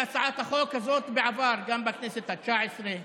הצעת החוק הזאת בעבר גם בכנסת התשע-עשרה,